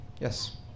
Yes